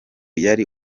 yari